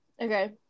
Okay